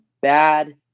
bad